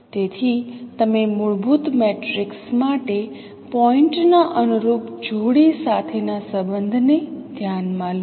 તેથી તમે મૂળભૂત મેટ્રિક્સ માટે પોઇન્ટના અનુરૂપ જોડી સાથે ના સંબંધો ને ધ્યાન માં લો